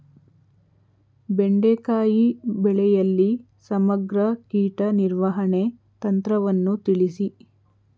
ಬೆಂಡೆಕಾಯಿ ಬೆಳೆಯಲ್ಲಿ ಸಮಗ್ರ ಕೀಟ ನಿರ್ವಹಣೆ ತಂತ್ರವನ್ನು ತಿಳಿಸಿ?